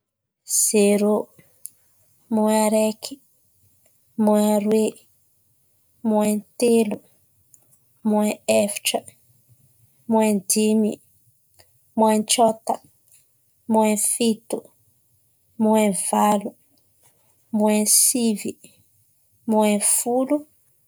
Zero, moin araiky, moin aroe, moin telo, moin efatra, moin dimy, moin tsôta, moin fito, moin valo, moin sivy, moin folo.